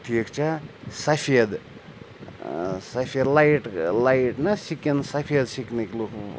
ٹھیٖک چھےٚ سفید سفید لایِٹ لایِٹ نَہ سِکِن سَفید سِکنٕکۍ لُکھ